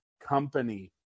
Company